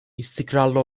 istikrarlı